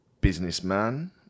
businessman